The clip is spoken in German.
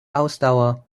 ausdauer